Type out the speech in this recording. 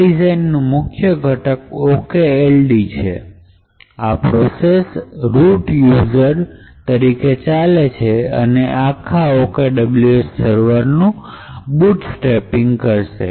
આ ડિઝાઇન નો મુખ્ય ઘટક okld છે આ પ્રોસેસ રૂટ યુઝર તરીકે ચાલે છે અને તે આખા OKWS સર્વર નું બુટ સ્ત્રાપિંગ કરશે